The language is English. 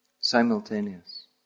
Simultaneous